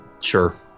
Sure